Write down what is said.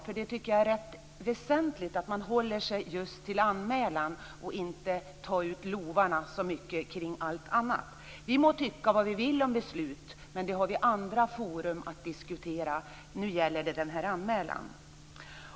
Jag tycker att det är väsentligt att man håller sig till just till anmälan och att man inte tar ut svängarna så mycket kring annat. Vi må tycka vad vi vill om beslut, men det finns andra forum för att diskutera detta. Nu gäller det denna anmälan.